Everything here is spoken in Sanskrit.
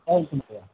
एवम्